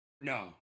No